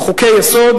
"חוקי-יסוד